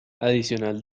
adicional